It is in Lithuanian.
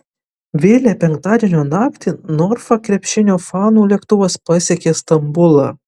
vėlią penktadienio naktį norfa krepšinio fanų lėktuvas pasiekė stambulą